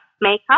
makeup